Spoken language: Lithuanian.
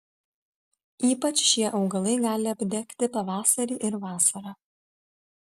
ypač šie augalai gali apdegti pavasarį ir vasarą